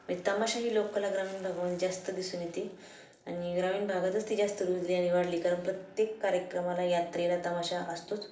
म्हणजे तमाशा ही लोककला ग्रामीण भागामध्ये जास्त दिसून येते आणि ग्रामीण भागातच ती जास्त रुजली आणि वाढली कारण प्रत्येक कार्यक्रमाला यात्रेला तमाशा असतोच